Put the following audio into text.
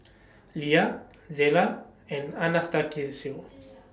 Lia Zela and